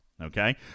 Okay